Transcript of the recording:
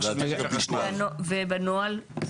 ובנוהל?